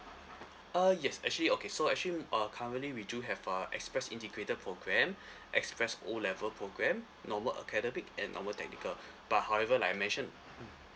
uh yes actually okay so actually uh currently we do have uh express integrated programme express O level program normal academic and normal technical but however like I mentioned mm